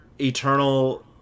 eternal